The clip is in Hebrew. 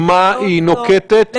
לא טעית.